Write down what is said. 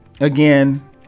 again